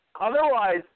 otherwise